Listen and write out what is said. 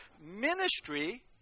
ministry